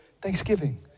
Thanksgiving